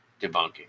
debunking